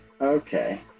Okay